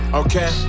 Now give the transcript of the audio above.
okay